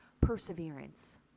perseverance